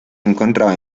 encontraba